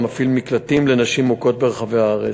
המפעיל מקלטים לנשים מוכות ברחבי הארץ.